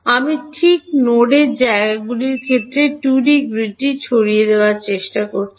আমি ঠিক নোডের জায়গাগুলির ক্ষেত্রে 2D গ্রিডটি ছড়িয়ে দেওয়ার চেষ্টা করছি